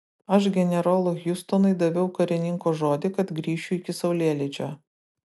aš generolui hiustonui daviau karininko žodį kad grįšiu iki saulėlydžio